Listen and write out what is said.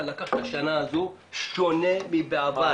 לקחת את השנה הזאת באופן שונה מבעבר.